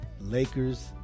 Lakers